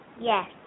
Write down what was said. Yes